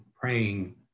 praying